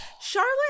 Charlotte